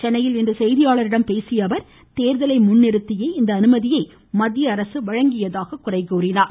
சென்னையில் இன்று செய்தியாளர்களிடம் பேசிய தேர்தலை முன்னிறுத்தியே இந்த அனுமதியை மத்திய அரசு வழங்கியதாக அவர் குறை கூறினார்